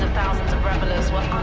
revelers were